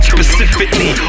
Specifically